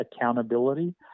accountability